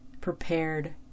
prepared